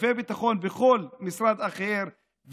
סעיפי ביטחון וכל משרד אחר,